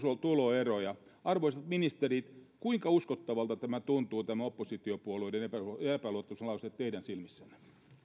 tuloeroja arvoisat ministerit kuinka uskottavalta tuntuvat nämä oppositiopuolueiden epäluottamuslauseet teidän silmissänne